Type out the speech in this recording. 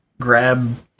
grab